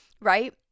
Right